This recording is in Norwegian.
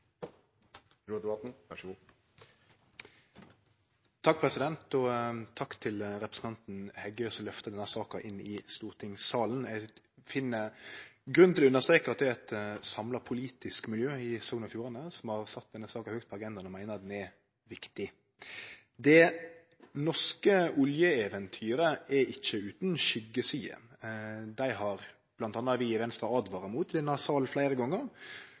til representanten Heggø, som løftar denne saka inn i stortingssalen. Eg finn grunn til å understreke at det er eit samla politisk miljø i Sogn og Fjordane som har sett denne saka høgt på agendaen, og meiner at ho er viktig. Det norske oljeeventyret er ikkje utan skuggesider. Dei har bl.a. vi i Venstre åtvara mot i denne salen fleire gonger,